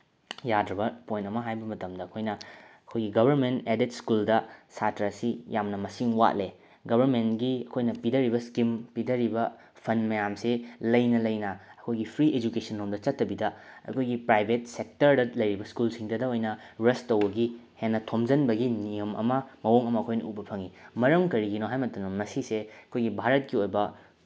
ꯌꯥꯗ꯭ꯔꯕ ꯄꯣꯏꯟ ꯑꯃ ꯍꯥꯏꯕ ꯃꯇꯝꯗ ꯑꯩꯈꯣꯏꯅ ꯑꯩꯈꯣꯏꯒꯤ ꯒꯣꯕꯔꯃꯦꯟ ꯑꯦꯗꯦꯠ ꯁ꯭ꯀꯨꯜꯗ ꯁꯥꯇ꯭ꯔꯁꯤ ꯌꯥꯝꯅ ꯃꯁꯤꯡ ꯋꯥꯠꯂꯦ ꯒꯣꯕꯔꯃꯦꯟꯒꯤ ꯑꯩꯈꯣꯏꯅ ꯄꯤꯊꯔꯤꯕ ꯏꯁꯀꯤꯝ ꯄꯤꯊꯔꯤꯕ ꯐꯟ ꯃꯌꯥꯝꯁꯦ ꯂꯩꯅ ꯂꯩꯅ ꯑꯩꯈꯣꯏꯒꯤ ꯐ꯭ꯔꯤ ꯑꯦꯖꯨꯀꯦꯁꯟꯔꯣꯝꯗ ꯆꯠꯇꯕꯤꯗ ꯑꯩꯈꯣꯏꯒꯤ ꯄ꯭ꯔꯥꯏꯚꯦꯠ ꯁꯦꯛꯇꯔꯗ ꯂꯩꯔꯤꯕ ꯁ꯭ꯀꯨꯜꯁꯤꯡꯗꯗ ꯑꯣꯏꯅ ꯔꯁ ꯇꯧꯕꯒꯤ ꯍꯦꯟꯅ ꯊꯣꯝꯖꯤꯟꯕꯒꯤ ꯅꯤꯌꯝ ꯑꯃ ꯃꯑꯣꯡ ꯑꯃ ꯑꯩꯈꯣꯏꯅ ꯎꯕ ꯐꯪꯉꯤ ꯃꯔꯝ ꯀꯔꯤꯒꯤꯅꯣ ꯍꯥꯏꯕ ꯃꯇꯝꯗ ꯃꯁꯤꯁꯦ ꯑꯩꯈꯣꯏꯒꯤ ꯚꯥꯔꯠꯀꯤ ꯑꯣꯏꯕ